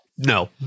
No